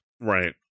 Right